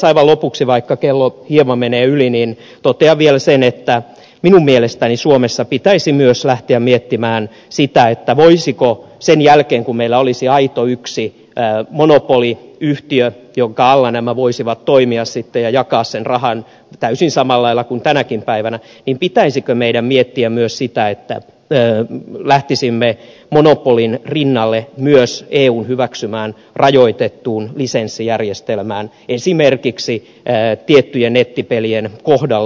aivan lopuksi vaikka kello hieman menee yli totean vielä sen että minun mielestäni suomessa pitäisi myös lähteä miettimään sitä voisiko sen jälkeen kun meillä olisi yksi aito monopoliyhtiö jonka alla nämä voisivat sitten toimia ja jakaa sen rahan täysin samalla lailla kuin tänäkin päivänä pitäisikö meidän miettiä myös sitä että ne lähtisimme lähteä monopolin rinnalle myös eun hyväksymään rajoitettuun lisenssijärjestelmään esimerkiksi tiettyjen nettipelien kohdalla